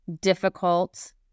difficult